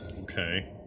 Okay